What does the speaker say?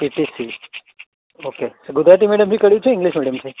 PTC okay Gujarati મીડિયમથી કર્યું છે ઇંગ્લિશ મીડિયમથી